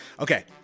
okay